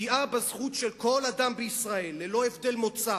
פגיעה בזכות של כל אדם בישראל, ללא הבדל מוצא,